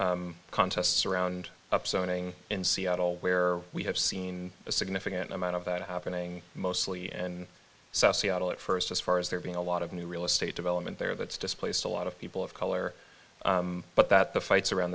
contests around of zoning in seattle where we have seen a significant amount of that happening mostly in seattle at st as far as there being a lot of new real estate development there but it's displaced a lot of people of color but that the fights around